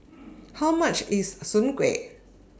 How much IS Soon Kuih